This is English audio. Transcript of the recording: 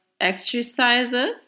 exercises